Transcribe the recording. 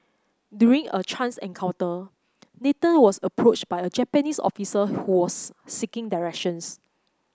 during a chance encounter Nathan was approached by a Japanese officer who was seeking directions